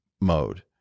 mode